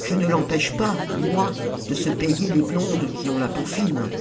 je ne l'empêche pas moi de se payer les blondes qui ont la peau fine